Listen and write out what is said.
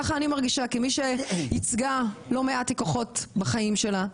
כך אני מרגישה כמי שייצגה לא מעט לקוחות בחיים שלה.